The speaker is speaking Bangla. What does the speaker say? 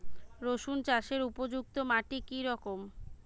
রুসুন চাষের উপযুক্ত মাটি কি রকম?